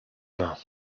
main